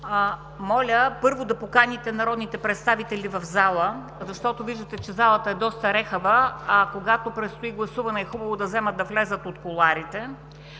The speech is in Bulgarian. Моля, първо да поканите народните представители в залата, защото виждате, че залата е доста рехава, а когато предстои гласуване, е хубаво да вземат да влязат от кулоарите.